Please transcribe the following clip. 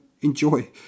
enjoy